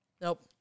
Nope